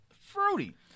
fruity